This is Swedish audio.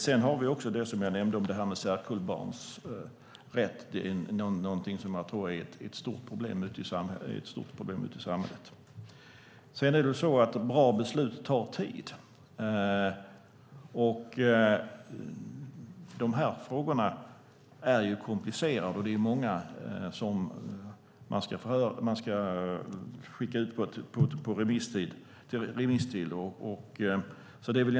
Sedan har vi också det som jag nämnde med särkullbarns rätt. Det är någonting som jag tror är ett stort problem ute i samhället. Bra beslut tar tid. De här frågorna är komplicerade, och det är många som sådana här ärenden ska skickas ut till på remiss.